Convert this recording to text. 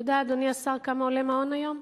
אתה יודע, אדוני השר, כמה עולה מעון היום?